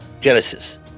Genesis